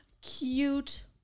Cute